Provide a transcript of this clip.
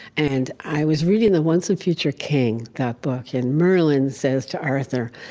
and i was reading the once and future king, that book. and merlin says to arthur,